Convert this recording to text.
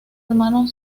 hermano